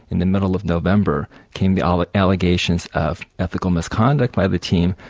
in the middle of november, came the ah the allegations of ethical misconduct by the team,